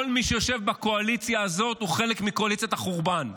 כל מי שיושב בקואליציה הזאת הוא חלק מקואליציית החורבן,